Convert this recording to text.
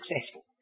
successful